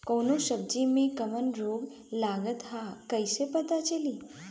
कौनो सब्ज़ी में कवन रोग लागल ह कईसे पता चली?